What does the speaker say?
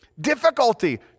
Difficulty